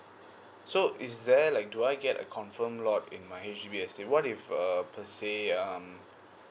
so is there like do I get a confirm lot in my H_D_B as say what if uh per say um